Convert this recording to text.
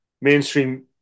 mainstream